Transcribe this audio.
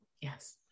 Yes